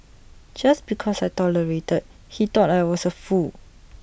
just because I tolerated he thought I was A fool